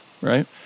right